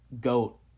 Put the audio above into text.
goat